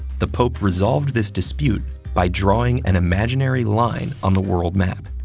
the pope resolved this dispute by drawing an imaginary line on the world map.